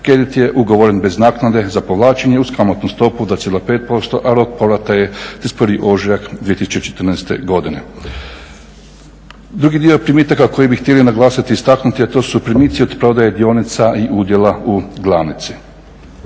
Kredit je ugovoren bez naknade za povlačenje uz kamatnu stopu 2,5% a rok povrata je 31. ožujak 2014. godine. Drugi dio primitaka koje bih htjeli naglasiti i istaknuti a to su primici od prodaje dionica i udjela u glavnici.